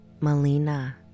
Melina